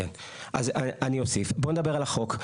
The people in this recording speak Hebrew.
בוא נדבר על החוק.